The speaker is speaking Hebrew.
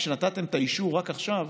כשנתתם את האישור רק עכשיו,